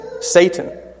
Satan